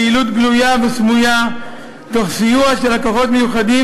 פעילות גלויה וסמויה תוך סיוע של הכוחות המיוחדים